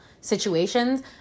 situations